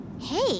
Hey